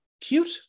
Cute